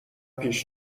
پیش